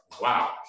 wow